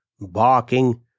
barking